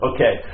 Okay